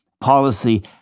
policy